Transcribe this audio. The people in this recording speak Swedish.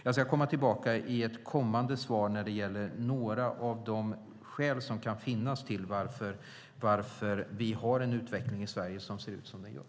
Jag ska komma tillbaka i ett kommande svar när det gäller några av skälen till att utvecklingen i Sverige ser ut som den gör.